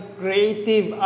creative